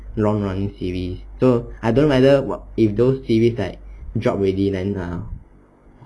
long run series so I don't rather if those series like drop already then uh